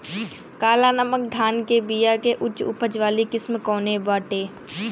काला नमक धान के बिया के उच्च उपज वाली किस्म कौनो बाटे?